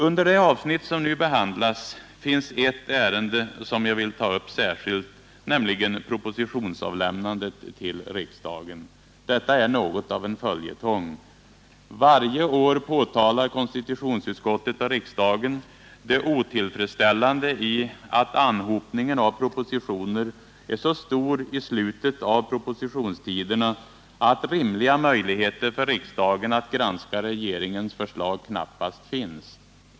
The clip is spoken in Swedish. Under det avsnitt som nu behandlas finns ett ärende som jag vill ta upp särskilt, nämligen propositionsavlämnandet till riksdagen. Detta är något av en följetong. Varje år påtalar konstitutionsutskottet och riksdagen det otillfredsställande i att anhopningen av propositioner är så stor i slutet av propositionstiderna att rimliga möjligheter för riksdagen att granska regeringens förslag knappast finns.